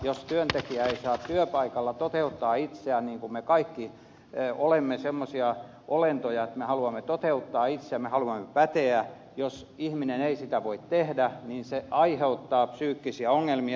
jos työntekijä ei saa työpaikalla toteuttaa itseään niin kuin me kaikki olemme semmoisia olentoja että me haluamme toteuttaa itseämme haluamme päteä siis jos ihminen ei sitä voi tehdä niin se aiheuttaa psyykkisiä ongelmia